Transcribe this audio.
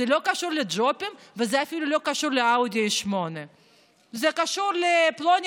זה לא קשור לג'ובים וזה אפילו לא קשור לאאודי 8. זה קשור לפלוני-אלמוני,